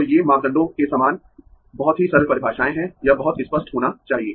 तो ये y मापदंडों के समान बहुत ही सरल परिभाषाएँ है यह बहुत स्पष्ट होना चाहिए